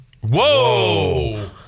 Whoa